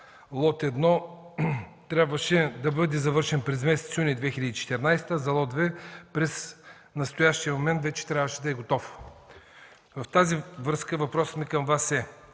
лот 1 трябваше да бъде завършен през юни 2014 г., а лот 2 в настоящия момент вече трябваше да е готов. В тази връзка въпросът ми към Вас е: